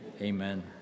Amen